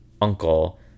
uncle